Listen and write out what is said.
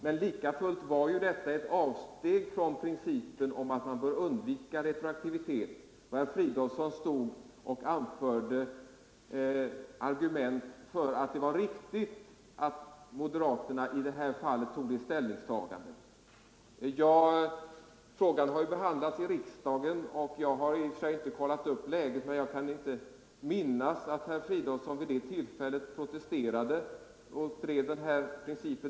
Men likafullt var detta ett avsteg från principen om att man bör undvika retroaktivitet, och herr Fridolfsson anförde argument för att det var viktigt att moderaterna i det fallet gjorde detta ställningstagande. Frågan har behandlats i riksdagen, och jag har i och för sig inte kollat upp det hela, men jag kan inte minnas att herr Fridolfsson vid det tillfället protesterade och drev den här principen.